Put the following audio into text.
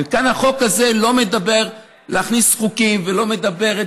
והחוק הזה לא מדבר על להכניס חוקים ולא מדבר,